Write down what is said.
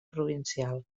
provincial